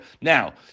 Now